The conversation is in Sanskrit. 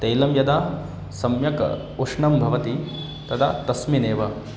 तैलं यदा सम्यक् उष्णं भवति तदा तस्मिन् एव